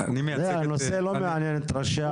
הנושא לא מעניין את ראשי העיר.